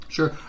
Sure